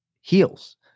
heals